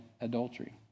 adultery